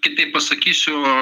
kitaip pasakysiu